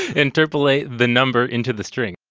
interpolate the number into the string.